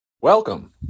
Welcome